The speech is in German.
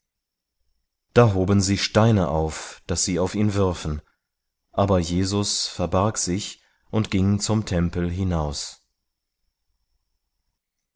da hoben sie steine auf daß sie auf ihn würfen aber jesus verbarg sich und ging zum tempel hinaus